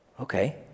Okay